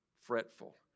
fretful